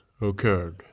occurred